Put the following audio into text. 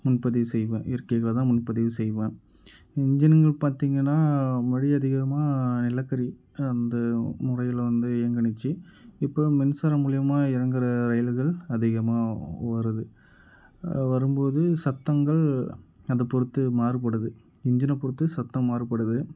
முன்பதிவு செய்வேன் இருக்கையில்தான் முன்பதிவு செய்வேன் இன்ஜின்ங்க பார்த்திங்கன்னா அதிகமாக நிலக்கரி வந்து முறையில் வந்து இயங்குனிச்சு இப்போது மின்சாரம் மூலியமாக இயங்கிற இரயில்கள் அதிகமாக வருது வரும்போது சத்தங்கள் அதை பொருத்து மாறுபடுது இன்ஜினை பொருத்து சத்தம் மாறுபடுது